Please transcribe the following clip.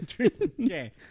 Okay